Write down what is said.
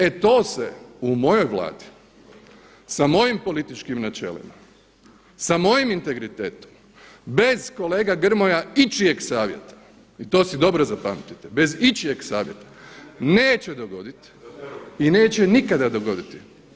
E to se u mojoj Vladi sa mojim političkim načelima, sa mojim integritetom bez kolega Grmoja ičijeg savjeta i to si dobro zapamtite, bez ičijeg savjeta neće dogoditi i neće nikada dogoditi.